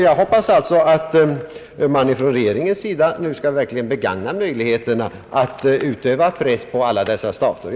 Jag hoppas alltså att man från regeringens sida verkligen skall begagna möjligheterna att utöva press på alla dessa stater.